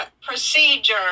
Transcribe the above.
procedure